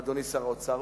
אדוני שר האוצר.